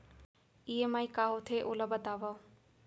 EMI का होथे, ओला बतावव